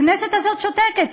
הכנסת הזאת שותקת.